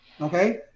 okay